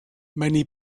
many